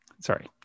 sorry